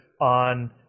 on